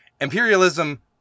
imperialism